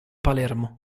palermo